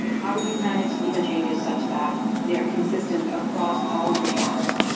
like how do you manage schema changes such that they are consistent across all your shards?